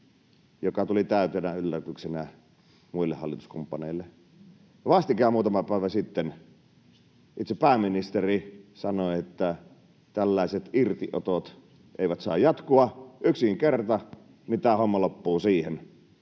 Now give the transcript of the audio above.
joka tuli täytenä yllätyksenä muille hallituskumppaneille. Vastikään muutama päivä sitten itse pääministeri sanoi, että tällaiset irtiotot eivät saa jatkua — yksikin kerta, niin tämä homma loppuu siihen.